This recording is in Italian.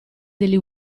degli